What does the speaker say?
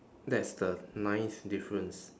that's the ninth difference